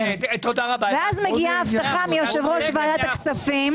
ואז מגיעה הבטחה מיושב-ראש ועדת הכספים